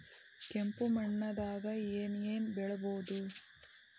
ಕೆಂಪು ಮಣ್ಣದಾಗ ಏನ್ ಏನ್ ಬೆಳಿಬೊದು?